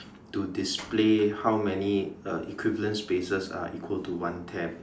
to display how many uh equivalent spaces are equal to one tab